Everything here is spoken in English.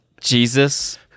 Jesus